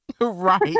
right